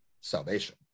salvation